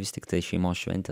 vis tiktai šeimos šventė